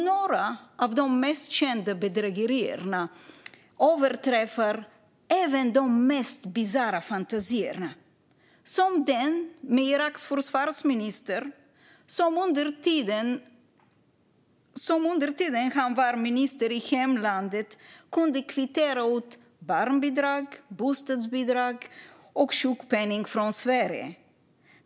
Några av de mest kända bedrägerierna överträffar de mest bisarra fantasierna. Ett exempel är den som gäller Iraks försvarsminister, som under tiden han var minister i hemlandet kunde kvittera ut barnbidrag, bostadsbidrag och sjukpenning från Sverige.